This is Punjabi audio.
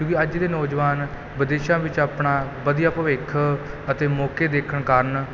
ਕਿਉਂਕਿ ਅੱਜ ਦੇ ਨੌਜਵਾਨ ਵਿਦੇਸ਼ਾਂ ਵਿੱਚ ਆਪਣਾ ਵਧੀਆ ਭਵਿੱਖ ਅਤੇ ਮੌਕੇ ਦੇਖਣ ਕਾਰਨ